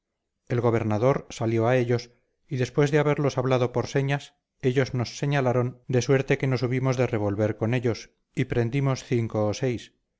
el gobernador salió a ellos y después de haberlos hablado por señas ellos nos señalaron de suerte que nos hubimos de revolver con ellos y prendimos cinco o seis